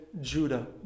Judah